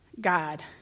God